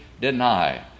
deny